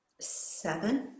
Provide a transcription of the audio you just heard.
seven